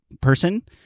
person